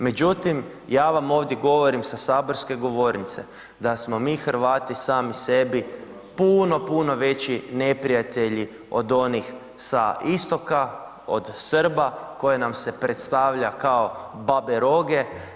Međutim, ja vam ovdje govorim sa saborske govornice da smo mi Hrvati sami sebi puno, puno veći neprijatelji od onih sa istoka od Srba koje nam se predstavlja kao babe roge.